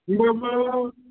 होमब्लाबो